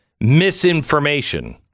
misinformation